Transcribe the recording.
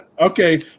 Okay